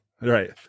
Right